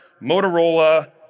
Motorola